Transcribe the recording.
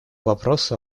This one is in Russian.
вопросу